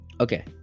Okay